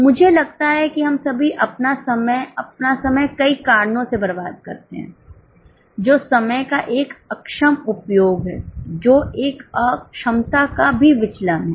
मुझे लगता है कि हम सभी अपना समय अपना समय कई कारणों से बर्बाद करते हैं जो समय का एक अक्षम उपयोग है जो एक अक्षमता का भी विचलन है